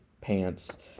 pants